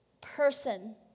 person